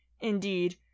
Indeed